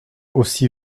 aussi